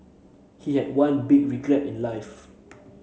he had one big regret in life